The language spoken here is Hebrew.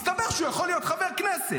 מסתבר שהוא יכול להיות חבר כנסת.